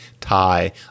Thai